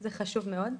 זה חשוב מאוד.